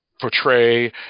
portray